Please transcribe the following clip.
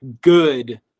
good